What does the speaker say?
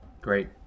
Great